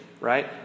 right